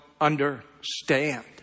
understand